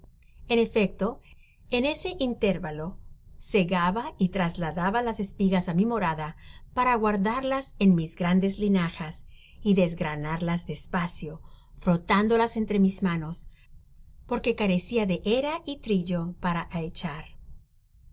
en efecto en ese intervalo segaba y trasladaba las espigas á mi morada para guardarlas en mis grandes tinajas y desgranarlas despacio frotándolas entre mis manos porque carecia de era y trillo para aechar mi